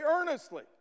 earnestly